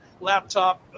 laptop